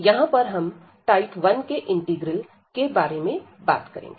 यहां पर हम टाइप 1 के इंटीग्रल के बारे में बात करेंगे